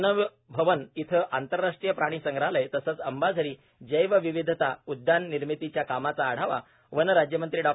वनभवन इथं आंतरराष्ट्रीय प्राणी संग्रहालय तसंच अंबाझरी जैवविविधता उदयान निर्मितीच्या कामांचा आढावा वन राज्यमंत्री डॉ